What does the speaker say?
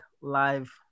live